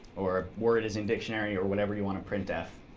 or word is in dictionary, or whatever you want to printf.